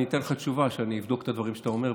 אני אתן לך תשובה אני אבדוק את הדברים שאתה אומר,